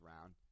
round